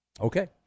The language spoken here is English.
Okay